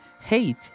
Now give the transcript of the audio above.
Hate